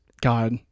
God